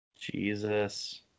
Jesus